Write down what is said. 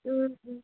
ও ও